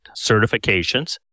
certifications